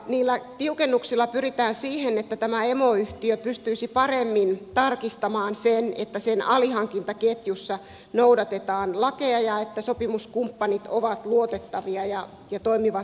niillä tiukennuksilla pyritään siihen että tämä emoyhtiö pystyisi paremmin tarkistamaan sen että sen alihankintaketjussa noudatetaan lakeja ja että sopimuskumppanit ovat luotettavia ja toimivat laillisesti